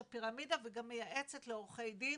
אני עומדת בראש הפירמידה וגם מייעצת לעורכי דין